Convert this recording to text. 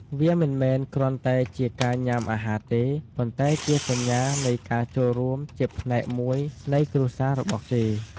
វាមិនមែនគ្រាន់តែជាការញុំាអាហារទេ ប៉ុន្តែជាសញ្ញានៃការចូលរួមជាផ្នែកមួយនៃគ្រួសាររបស់គេ ។